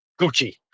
Gucci